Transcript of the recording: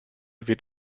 wird